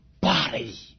body